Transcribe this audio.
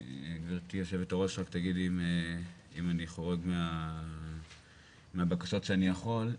וגברתי יושבת הראש רק תגיד אם אני חורג מהבקשות שאני יכול,